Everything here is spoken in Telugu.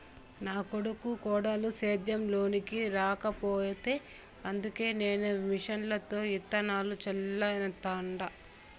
నా కొడుకు కోడలు సేద్యం లోనికి రాకపాయె అందుకే నేను మిషన్లతో ఇత్తనాలు చల్లతండ